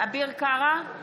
אביר קארה,